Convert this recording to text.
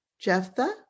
Jephthah